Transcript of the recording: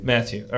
Matthew